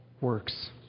works